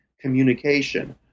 communication